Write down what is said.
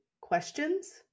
questions